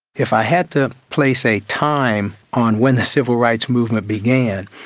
if i had to place a time on when the civil rights movement began,